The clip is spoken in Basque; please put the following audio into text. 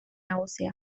nagusia